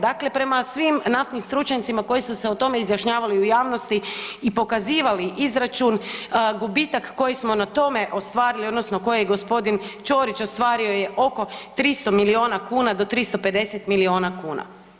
Dakle, prema svim naftnim stručnjacima koji su se o tome izjašnjavali u javnosti i pokazivali izračun, gubitak koji smo na tome ostvarili odnosno koje je g. Ćorić ostvario je oko 300 milijuna kuna do 350 milijuna kuna.